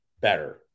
better